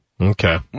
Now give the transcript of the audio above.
Okay